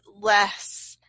less